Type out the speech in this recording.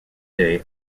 day